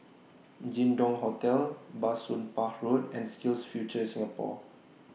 Jin Dong Hotel Bah Soon Pah Road and SkillsFuture Singapore